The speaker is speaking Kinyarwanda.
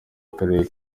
akarere